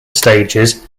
stages